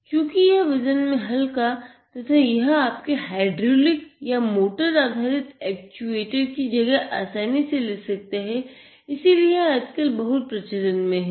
चूंकि यह वजन में हल्का है तथा यह आपके हायड्रयूलिक या मोटर आधारित एक्चुएटर की जगह आसानी से ले सकता है इसीलिए यह आज कल बहुत प्रचलन में है